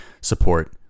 support